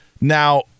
Now